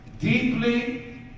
deeply